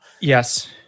Yes